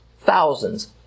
thousands